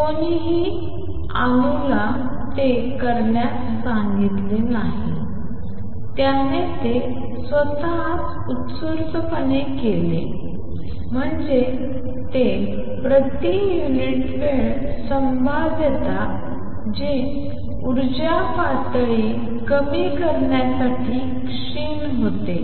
कोणीही अणूला ते करण्यास सांगितले नाही त्याने ते स्वतःच उत्स्फूर्तपणे केले म्हणजे ते प्रति युनिट वेळ संभाव्यता जे ऊर्जा पातळी कमी करण्यासाठी क्षीण होते